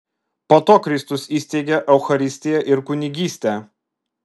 po to kristus įsteigė eucharistiją ir kunigystę